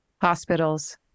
Hospitals